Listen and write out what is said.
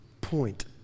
point